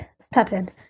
started